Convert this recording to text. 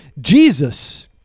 Jesus